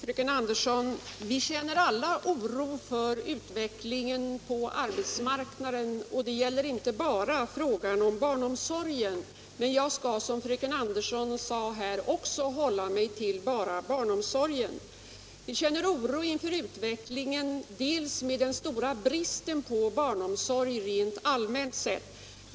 Herr talman! Vi känner alla oro för utvecklingen på arbetsmarknaden, fröken Andersson, och det gäller inte endast frågan om barnomsorgen. Men jag skall som fröken Andersson också hålla mig bara till barnomsorgen. Vi känner oro inför utvecklingen, med den stora bristen på barnomsorg rent allmänt sett.